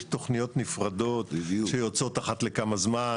יש תוכניות נפרדות שיוצאות אחת לכמה זמן,